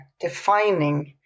defining